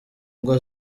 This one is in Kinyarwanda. ngo